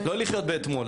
לא לחיות באתמול,